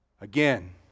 Again